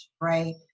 right